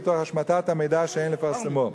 ותוך השמטת המידע שאין לפרסמו.